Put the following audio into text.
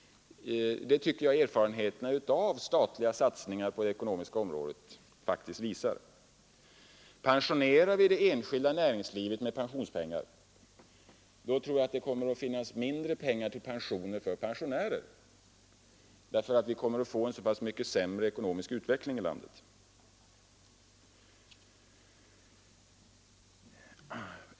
Det tycker jag de faktiska erfarenheterna av statliga satsningar på det ekonomiska området har visat. Pensionerar vi det enskilda näringslivet med pensionspengar, får vi mindre pengar att pensionera pensionärer. Vi kommer att få en så mycket sämre ekonomisk utveckling i landet.